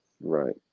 Right